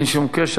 אין שום קשר.